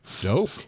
Dope